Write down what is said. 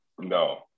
No